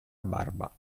barba